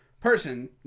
person